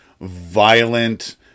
violent